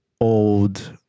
old